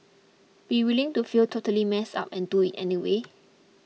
be willing to feel totally messed up and do it anyway